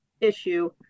issue